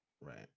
Right